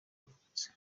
yavutse